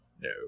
no